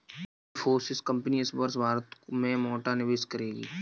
Infosys company इस वर्ष भारत में मोटा निवेश करेगी